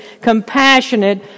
compassionate